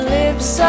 lips